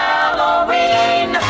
Halloween